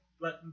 let